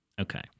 okay